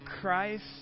Christ